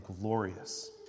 glorious